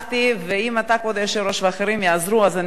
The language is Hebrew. ואם אתה, כבוד היושב-ראש, ואחרים יעזרו, אני אשמח.